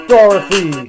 Dorothy